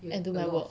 and do my work